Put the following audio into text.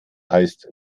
heißt